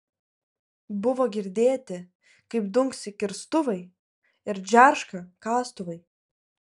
buvo girdėti kaip dunksi kirstuvai ir džerška kastuvai